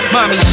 Mommy